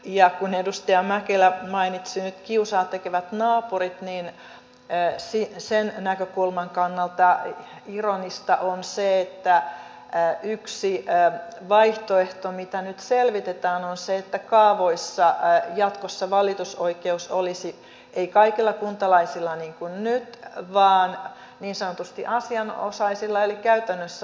ja kun edustaja mäkelä mainitsi nyt kiusaa tekevät naapurit niin sen näkökulman kannalta ironista on se että yksi vaihtoehto mitä nyt selvitetään on se että kaavoissa valitusoikeus olisi jatkossa ei kaikilla kuntalaisilla niin kuin nyt vaan niin sanotusti asianosaisilla eli käytännössä naapureilla